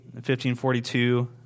1542